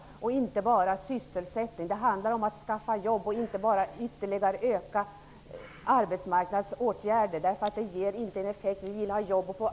Det handlar inte bara om sysselsättning utan om att skaffa jobb och inte bara ytterligare öka arbetsmarknadsåtgärderna. De ger ingen effekt. Vi vill skapa jobb.